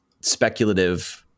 speculative